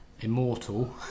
immortal